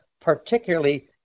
particularly